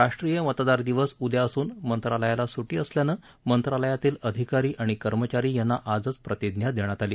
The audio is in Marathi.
राष्ट्रीय मतदार दिवस उद्या असून मंत्रालयाला सुट्टी असल्यानं मंत्रालयातील अधिकारी आणि कर्मचारी यांना आजचं प्रतिज्ञा देण्यात आली